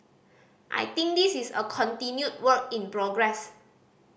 I think this is a continued work in progress